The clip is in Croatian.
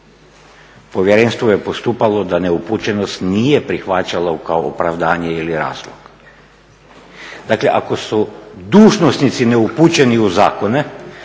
povjerenstvo je postupalo da neupućenost nije prihvaćalo kao opravdanje ili razlog, dakle ako su dužnosnici neupućeni u zakone